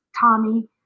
Tommy